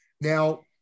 Now